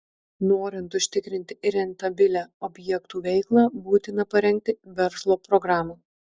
norint užtikrinti rentabilią objektų veiklą būtina parengti verslo programą